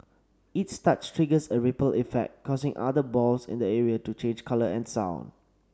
each touch triggers a ripple effect causing other balls in the area to change colour and sound